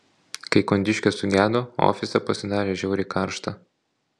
kai kondiškė sugedo ofise pasidarė žiauriai karšta